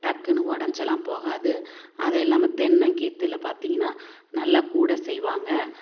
டக்குனு ஒடஞ்செல்லாம் போகாது அதெல்லாமே தென்னங்கீற்றுல பார்த்தீங்கன்னா நல்லா கூடை செய்வாங்க